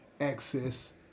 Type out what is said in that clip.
access